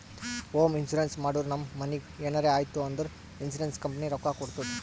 home insurance ಮಾಡುರ್ ನಮ್ ಮನಿಗ್ ಎನರೇ ಆಯ್ತೂ ಅಂದುರ್ ಇನ್ಸೂರೆನ್ಸ್ ಕಂಪನಿ ರೊಕ್ಕಾ ಕೊಡ್ತುದ್